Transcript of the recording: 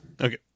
Okay